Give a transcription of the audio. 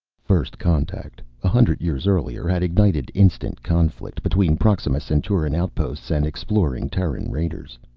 first contact, a hundred years earlier, had ignited instant conflict between proxima centauran outposts and exploring terran raiders.